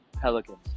Pelicans